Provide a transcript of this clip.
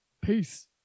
Peace